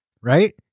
Right